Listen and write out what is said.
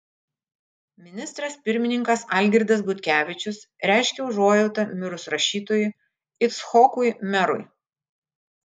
ministras pirmininkas algirdas butkevičius reiškia užuojautą mirus rašytojui icchokui merui